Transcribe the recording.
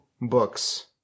books